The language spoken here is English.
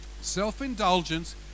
Self-indulgence